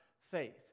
faith